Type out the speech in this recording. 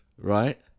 right